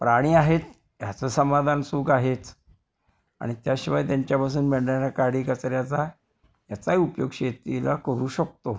प्राणी आहेत ह्याचं समाधान सुख आहेच आणि त्याशिवाय त्यांच्यापासून मिळणाऱ्या काडी कचऱ्याचा याचाही उपयोग शेतीला करू शकतो